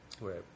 right